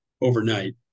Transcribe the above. overnight